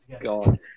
god